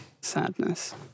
sadness